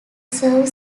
serve